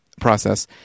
process